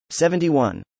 71